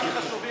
אם הם חשובים,